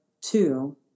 two